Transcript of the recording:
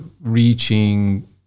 reaching